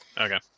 Okay